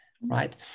right